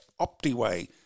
OptiWay